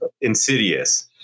insidious